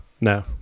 No